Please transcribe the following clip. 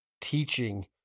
teaching